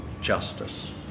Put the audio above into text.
justice